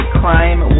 crime